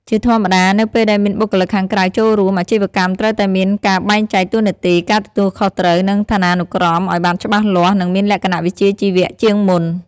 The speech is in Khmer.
ជាធម្មតា នៅពេលដែលមានបុគ្គលិកខាងក្រៅចូលរួម អាជីវកម្មត្រូវតែមានការបែងចែកតួនាទី ការទទួលខុសត្រូវ និងឋានានុក្រមឲ្យបានច្បាស់លាស់ និងមានលក្ខណៈវិជ្ជាជីវៈជាងមុន។